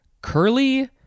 curly